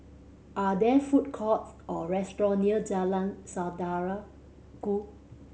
are there food courts or restaurant near Jalan Saudara Ku